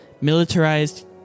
militarized